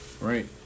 right